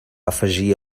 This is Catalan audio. afegir